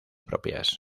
propias